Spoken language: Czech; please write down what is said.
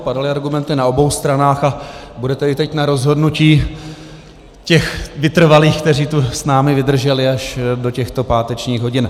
Padaly argumenty na obou stranách a bude tedy teď na rozhodnutí těch vytrvalých, kteří tu s námi vydrželi až do těchto pátečních hodin.